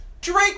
Drake